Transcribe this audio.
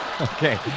Okay